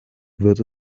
wird